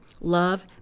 love